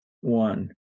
One